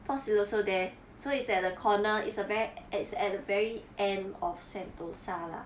fort siloso there so it's at a corner is a very at it's at the very end of sentosa lah